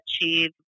achieve